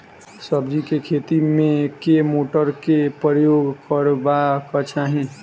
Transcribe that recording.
सब्जी केँ खेती मे केँ मोटर केँ प्रयोग करबाक चाहि?